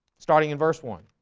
starting in verse one